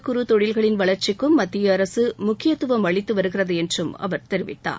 குறு தொழில்களின் வளர்ச்சிக்கும் மத்திய அரசு முக்கியத்துவம் அளித்து வருகிறது என்றும் அவர் தெரிவித்தார்